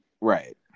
Right